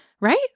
Right